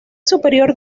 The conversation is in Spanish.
superior